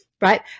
Right